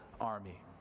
army